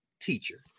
Teacher